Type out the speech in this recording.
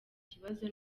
kibazo